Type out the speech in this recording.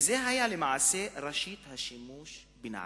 וזאת היתה למעשה ראשית השימוש בנעליים.